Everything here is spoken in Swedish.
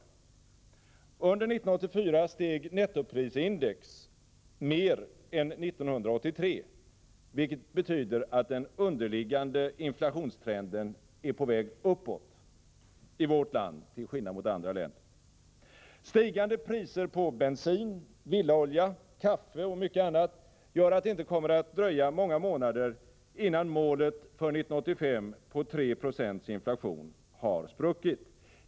Under 1984 steg nettoprisindex mer än 1983, vilket betyder att den underliggande inflationstrenden är på väg uppåt i vårt land till skillnad mot förhållandet i andra länder. Stigande priser på bensin, villaolja, kaffe och mycket annat gör att det inte kommer att dröja många månader innan målet för 1985 på 3 2 inflation har spruckit.